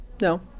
No